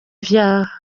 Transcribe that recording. ivyaha